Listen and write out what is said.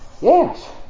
Yes